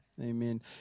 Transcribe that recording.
Amen